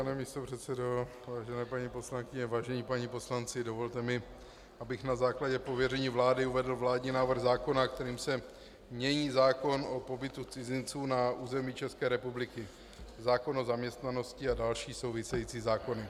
Vážené paní poslankyně, vážení páni poslanci, dovolte mi, abych na základě pověření vlády uvedl vládní návrh zákona, kterým se mění zákon o pobytu cizinců na území České republiky, zákon o zaměstnanosti a další související zákony.